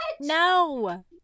No